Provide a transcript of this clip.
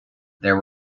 there